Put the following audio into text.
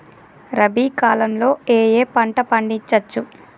రబీ కాలంలో ఏ ఏ పంట పండించచ్చు?